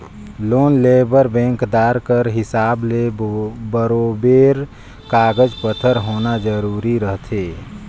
loan लेय बर बेंकदार कर हिसाब ले बरोबेर कागज पाथर होना जरूरी रहथे